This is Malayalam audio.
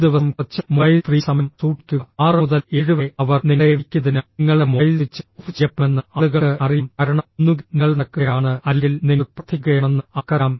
ഒരു ദിവസം കുറച്ച് മൊബൈൽ ഫ്രീ സമയം സൂക്ഷിക്കുക 6 മുതൽ 7 വരെ അവർ നിങ്ങളെ വിളിക്കുന്നതിനാൽ നിങ്ങളുടെ മൊബൈൽ സ്വിച്ച് ഓഫ് ചെയ്യപ്പെടുമെന്ന് ആളുകൾക്ക് അറിയാം കാരണം ഒന്നുകിൽ നിങ്ങൾ നടക്കുകയാണെന്ന് അല്ലെങ്കിൽ നിങ്ങൾ പ്രാർത്ഥിക്കുകയാണെന്ന് അവർക്കറിയാം